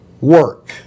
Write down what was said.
work